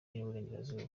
y’iburengerazuba